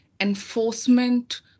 Enforcement